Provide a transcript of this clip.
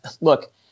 Look